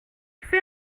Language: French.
fait